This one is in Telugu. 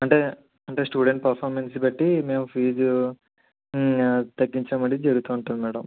అంటే అంటే స్టూడెంట్ పర్ఫార్మెన్స్ బట్టి మేము ఫీజు తగ్గించడం అది జరుగుతు ఉంటుంది మేడం